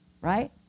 right